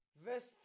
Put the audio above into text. Verse